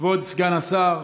כבוד סגן השר,